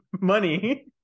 money